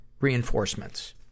reinforcements